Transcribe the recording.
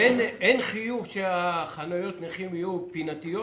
אין חיוב שחניות נכים יהיו פינתיות?